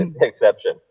exception